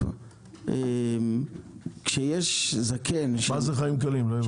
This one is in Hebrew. מה זה חיים קלים, לא הבנתי.